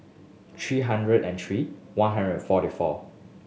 three hundred and three one hundred and forty four